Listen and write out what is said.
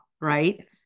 right